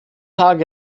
tag